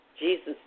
Jesus